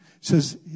says